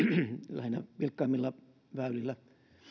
lähinnä vilkkaimmilla väylillä